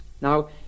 Now